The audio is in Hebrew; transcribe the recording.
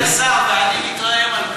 זה לא מכבד את השר, ואני מתרעם על כך.